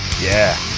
yeah